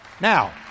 Now